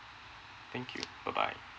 thank you bye bye